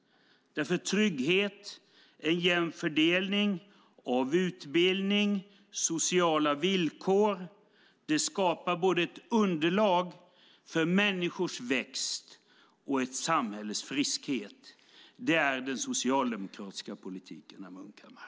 Trygghet, en jämn fördelning av utbildning och sociala villkor skapar ett underlag både för människors växt och för ett samhälles friskhet. Det är den socialdemokratiska politiken, herr Munkhammar.